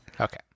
Okay